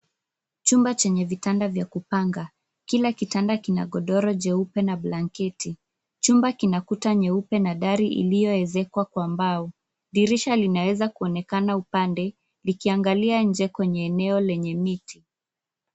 Chumba chenye vitanda vya kupanga. Kila kitanda kina godoro jeupe na blanketi. Chumba kina kuta nyeupe na dari iliyoezekwa kwa mbao. Dirisha linaweza kuonekana upande, likiangalia nje kwenye eneo lenye miti.